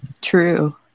True